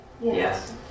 Yes